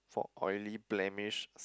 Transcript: for oily blemish